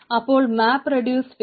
അപ്പോൾ map reduce face